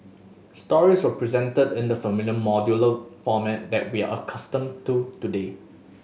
stories were presented in the familiar modular format that we are accustomed to today